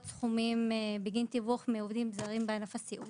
סכומים בגין תיווך מעובדים זרים בענף הסיעוד.